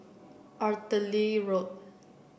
Artillery Road